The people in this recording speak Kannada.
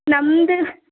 ನಮ್ದು